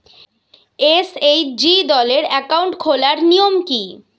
SHG দলের account খোলার নিয়ম কী?